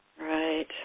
Right